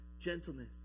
gentleness